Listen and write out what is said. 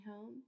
home